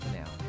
now